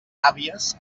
àvies